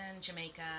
Jamaica